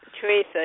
Teresa